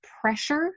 pressure